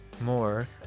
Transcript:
more